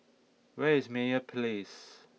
where is Meyer Place